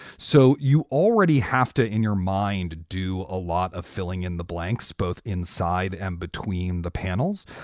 so you already have to, in your mind, do a lot of filling in the blanks both inside and between the panels.